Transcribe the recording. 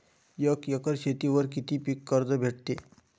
एक एकर शेतीवर किती पीक कर्ज भेटते?